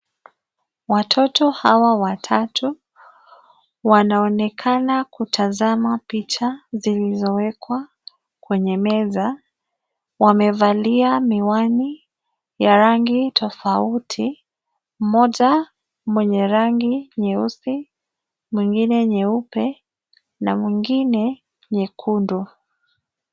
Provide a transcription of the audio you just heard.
Watoto hawa watatu, wanaonekana kutazama picha zilizowekwa, kwenye meza, wamevalia miwani, ya rangi tofauti, mmoja mwenye rangi nyeusi, mwingine nyeupe, na mwingine nyekundu.